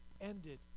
ended